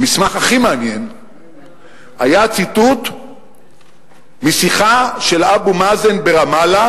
המסמך הכי מעניין היה ציטוט משיחה של אבו מאזן ברמאללה,